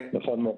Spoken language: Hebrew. נכון מאוד.